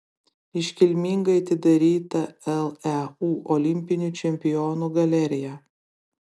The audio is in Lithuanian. iškilmingai atidaryta leu olimpinių čempionų galerija